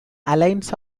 alliance